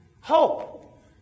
hope